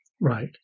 Right